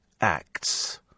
acts